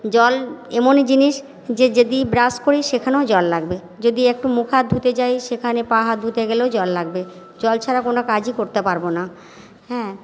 জল এমনই জিনিস যে যদি ব্রাশ করি সেখানেও জল লাগবে যদি একটু মুখ হাত ধুতে যাই সেখানে পা হাত ধুতে গেলেও জল লাগবে জল ছাড়া কোন কাজই করতে পারবো না হ্যাঁ